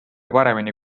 paremini